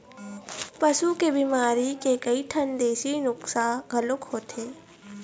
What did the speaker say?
पशु के बिमारी के कइठन देशी नुक्सा घलोक होथे